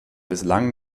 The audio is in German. bislang